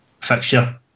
fixture